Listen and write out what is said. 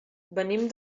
venim